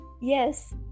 Yes